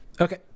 Okay